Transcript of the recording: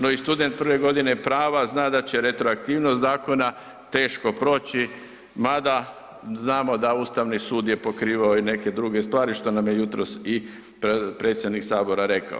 No, i student prve godine prava zna da će retroaktivnost zakona teško proći mada znamo da Ustavni sud je pokrivao i neke druge stvari, što nam je jutros i predsjednik HS rekao.